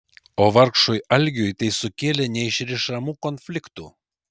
o vargšui algiui tai sukėlė neišrišamų konfliktų